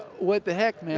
what the heck, man!